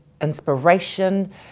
inspiration